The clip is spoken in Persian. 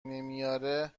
نمیاره